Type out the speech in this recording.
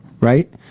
right